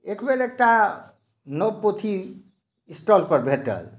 एक बेर एकटा नब पोथी स्टॉल पर भेटल